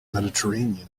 mediterranean